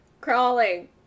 crawling